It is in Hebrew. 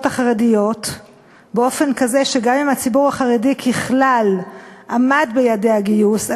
החרדיות באופן כזה שגם אם הציבור החרדי ככלל עמד ביעדי הגיוס,